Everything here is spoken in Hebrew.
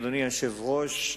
אדוני היושב-ראש,